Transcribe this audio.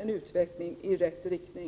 en utveckling i rätt riktning.